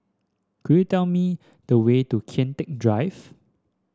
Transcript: could you tell me the way to Kian Teck Drive